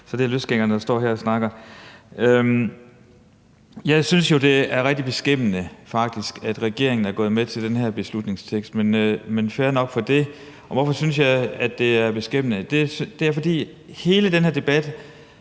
er det løsgængeren, der står her og snakker. Jeg synes jo, det er rigtig beskæmmende, at regeringen er gået med på det her forslag til vedtagelse, men det er fair nok. Og hvorfor synes jeg, det er beskæmmende? Det er, fordi hele den her debat